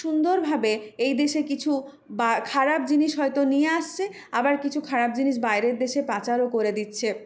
সুন্দরভাবে এই দেশে কিছু বা খারাপ জিনিস হয়তো নিয়ে আসছে আবার কিছু খারাপ জিনিস বাইরের দেশে পাচারও করে দিচ্ছে